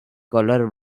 color